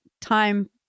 time